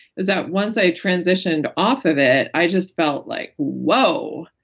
is that once i transitioned off of it, i just felt like, woah.